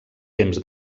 temps